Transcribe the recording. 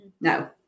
no